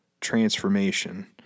transformation